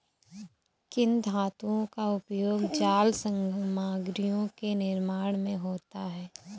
किन धातुओं का उपयोग जाल सामग्रियों के निर्माण में होता है?